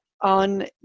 on